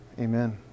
amen